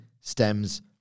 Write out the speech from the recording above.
stems